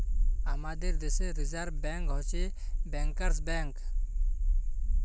আমাদের দ্যাশে reserve bank হছে ব্যাংকার্স ব্যাংক